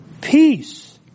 Peace